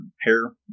hair